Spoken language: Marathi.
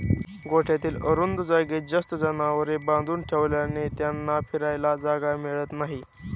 गोठ्यातील अरुंद जागेत जास्त जनावरे बांधून ठेवल्याने त्यांना फिरायला जागा मिळत नाही